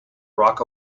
barack